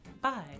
Bye